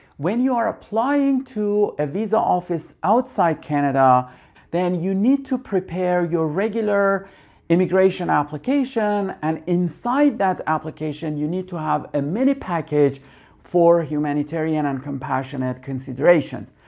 when you are applying to a visa office outside canada then you need to prepare your regular immigration application and inside that application you need to have a mini package for humanitarian and compassionate considerations.